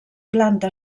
planta